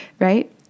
right